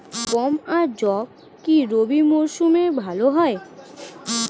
গম আর যব কি রবি মরশুমে ভালো হয়?